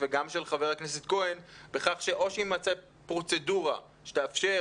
וגם של חה"כ כהן בכך שאו שתמצא פרוצדורה שתאפשר